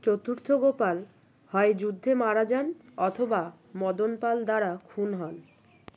চতুর্থ গোপাল হয় যুদ্ধে মারা যান অথবা মদন পাল দ্বারা খুন হন